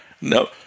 No